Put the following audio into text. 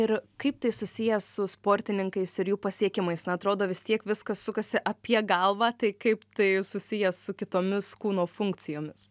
ir kaip tai susiję su sportininkais ir jų pasiekimais na atrodo vis tiek viskas sukasi apie galvą tai kaip tai susiję su kitomis kūno funkcijomis